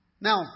Now